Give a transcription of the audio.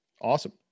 Awesome